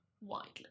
widely